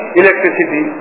electricity